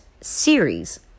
series